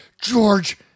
George